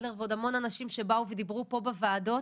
אדלר ועוד המון אנשים שבאו ודיברו פה בוועדות